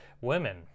women